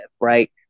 right